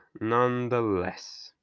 nonetheless